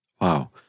Wow